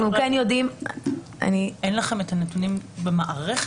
אנחנו כן יודעים --- אין לכם את הנתונים במערכת?